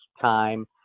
time